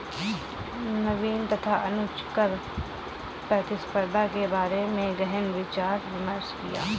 नवीन तथा अनुज ने कर प्रतिस्पर्धा के बारे में गहन विचार विमर्श किया